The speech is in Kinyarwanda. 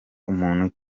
muntu